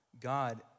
God